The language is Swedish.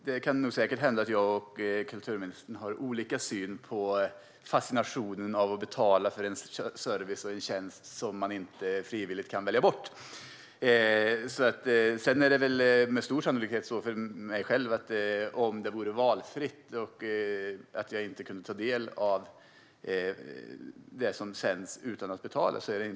Herr talman! Jag och kulturministern kan säkert ha olika syn på fascinationen när det gäller att betala för en service och en tjänst som man inte frivilligt kan välja bort. När det gäller mig själv är det inte alls osannolikt att jag skulle välja att betala ifall det vore valfritt och om jag inte kunde ta del av det som sänds utan att betala.